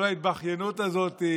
כל ההתבכיינות הזאת,